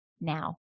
now